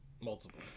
multiple